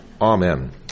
Amen